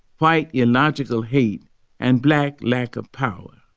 white illogical hate and black lack of power,